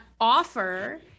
offer